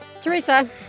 Teresa